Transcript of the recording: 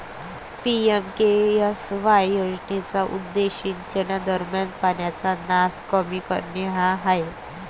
PMKSY योजनेचा उद्देश सिंचनादरम्यान पाण्याचा नास कमी करणे हा आहे